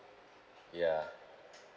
yeah